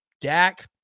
Dak